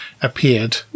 appeared